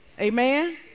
amen